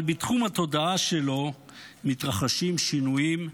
אבל בתחום התודעה שלו מתרחשים שינויים,